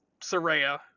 Soraya